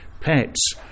pets